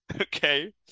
Okay